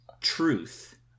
truth